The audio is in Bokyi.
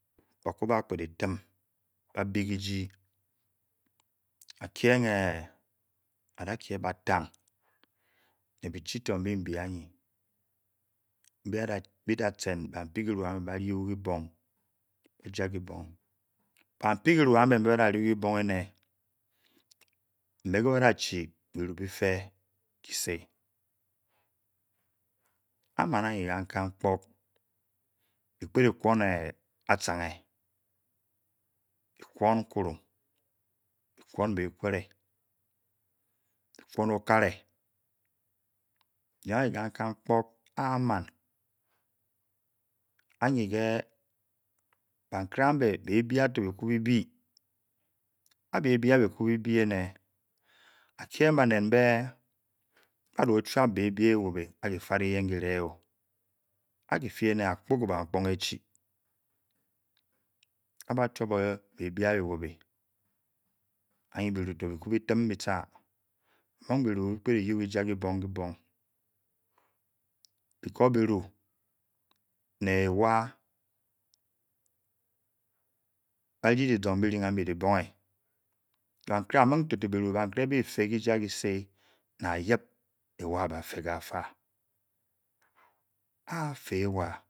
Ba ku ba pked de tem ba bu tiegi ba keng ah! ncup kelu le ewa ba de lesong be den aye ke beneh, na ba muny tah tah be ku ne before be jar kese le ayep wa ka fe ka fa be woa